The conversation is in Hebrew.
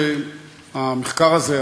המחקר הזה,